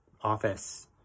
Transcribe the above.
office